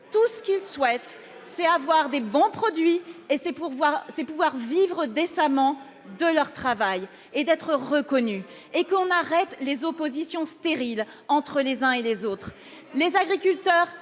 Tout ce qu'il souhaite, c'est avoir de bons produits, pouvoir vivre décemment de son travail et être reconnu. Nous devons cesser les oppositions stériles entre les uns et les autres. Les agriculteurs